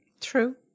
True